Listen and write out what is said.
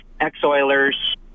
ex-Oilers